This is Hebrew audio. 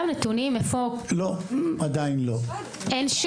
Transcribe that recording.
אנחנו מאשרים לך את השעות, אבל אין לנו